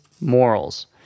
morals